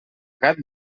gat